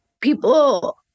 people